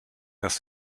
dass